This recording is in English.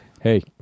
Hey